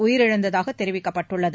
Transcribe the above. உயிரிழந்ததாக தெரிவிக்கப்பட்டுள்ளது